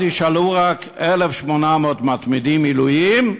אז יישארו רק 1,800 מתמידים, מילואים,